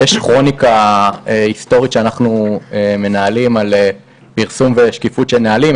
יש כרוניקה היסטורית שאנחנו מנהלים על פרסום ושקיפות של נהלים,